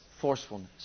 forcefulness